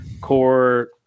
core